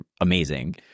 amazing